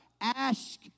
Ask